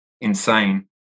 insane